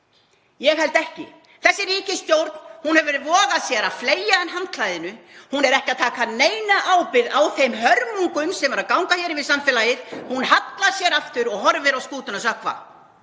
Ég held ekki. Þessi ríkisstjórn hefur vogað sér að fleygja inn handklæðinu. Hún er ekki að taka neina ábyrgð á þeim hörmungum sem eru að ganga hér yfir samfélagið. Hún hallar sér aftur og horfir á skútuna sökkva.